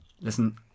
listen